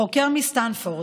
חוקר מסטנפורד,